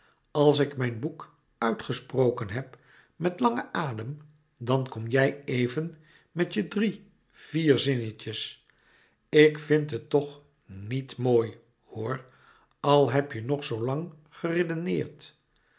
als ik mijn boek uitgesproken heb met langen adem dan kom jij even met je drie vier zinnetjes ik vind het toch niet mooi louis couperus metamorfoze hoor al heb je nog zoo lang geredeneerd